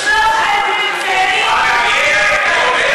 13 צעירים,